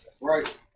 right